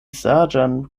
saĝan